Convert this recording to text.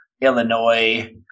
Illinois